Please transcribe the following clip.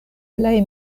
plej